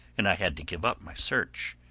and i had to give up my search.